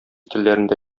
телләрендә